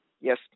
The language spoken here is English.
Yes